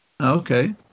Okay